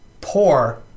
poor